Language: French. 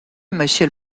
monsieur